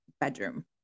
bedroom